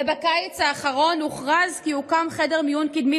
בקיץ האחרון הוכרז כי יוקם חדר מיון קדמי